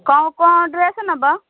କ'ଣ କ'ଣ ଡ୍ରେସ୍ ନେବ